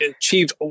achieved